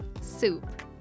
soup